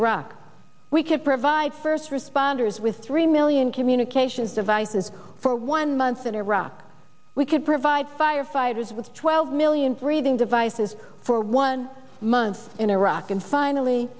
iraq we could provide first responders with three million communications devices for one month in iraq we could provide firefighters with twelve million breathing devices for one month in iraq and finally